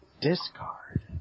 Discard